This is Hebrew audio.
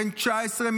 בן 19,